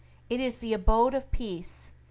it is the abode of peace,